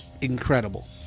incredible